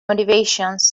motivations